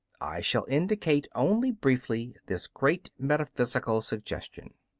i shall indicate only briefly this great metaphysical suggestion.